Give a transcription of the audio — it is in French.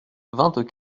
vingt